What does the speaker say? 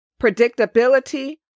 predictability